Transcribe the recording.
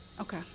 okay